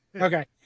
okay